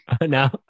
No